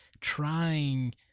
trying